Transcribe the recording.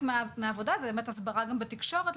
חלק מן העבודה היא גם הסברה בתקשורת,